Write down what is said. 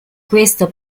questo